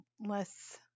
less